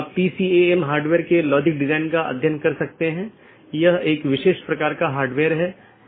इसलिए मैं AS के भीतर अलग अलग तरह की चीजें रख सकता हूं जिसे हम AS का एक कॉन्फ़िगरेशन कहते हैं